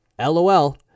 LOL